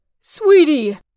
Sweetie